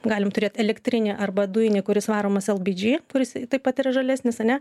galim turėt elektrinį arba dujinį kuris varomas el by džy kuris taip pat yra žalesnis ane